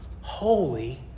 holy